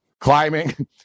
climbing